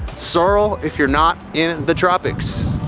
sorrel if you're not in the tropics.